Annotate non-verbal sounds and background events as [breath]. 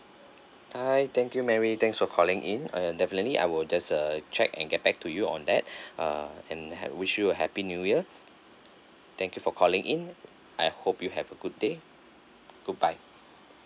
bye thank you mary thanks for calling in err definitely I will there's a check and get back to you on that [breath] err and ha~ wish you a happy new year thank you for calling in I hope you have a good day goodbye